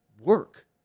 work